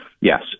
yes